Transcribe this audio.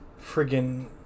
friggin